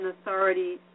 authority